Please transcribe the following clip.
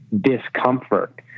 discomfort